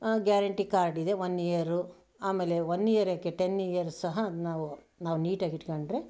guarantee card ಇದೆ one year ಆಮೇಲೆ one year ಯಾಕೆ ಟೆನ್ ಇಯರ್ ಸಹ ನಾವು ನಾವು ನೀಟಾಗಿ ಇಟ್ಕೊಂಡ್ರೆ